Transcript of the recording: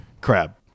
crab